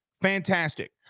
Fantastic